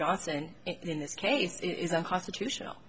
johnson in this case it is unconstitutional